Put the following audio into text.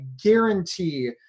guarantee